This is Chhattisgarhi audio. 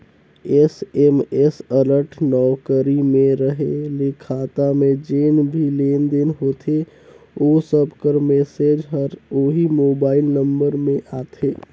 एस.एम.एस अलर्ट नउकरी में रहें ले खाता में जेन भी लेन देन होथे ओ सब कर मैसेज हर ओही मोबाइल नंबर में आथे